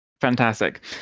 Fantastic